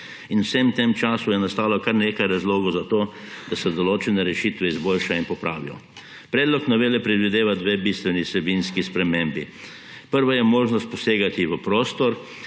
in v vsem tem času je nastalo kar nekaj razlogov za to, da se določene rešite izboljšajo in popravijo. Predlog novele predvideva dve bistveni vsebinski spremembi. Prva je možnost posegati v prostor